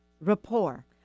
rapport